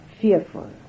fearful